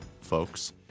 folks